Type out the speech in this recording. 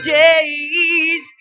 days